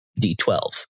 D12